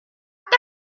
port